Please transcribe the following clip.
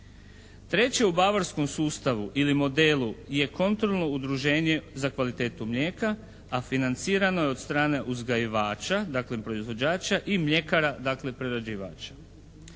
Treće u Bavarskom sustavu ili modelu je kontrolno udruženje za kvalitetu mlijeka, a financirano je od strane uzgajivača, daklem proizvođača, i mljekara, dakle, prerađivača.